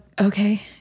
okay